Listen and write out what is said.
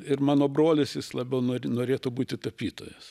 ir mano brolis jis labiau nori norėtų būti tapytojas